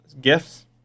gifts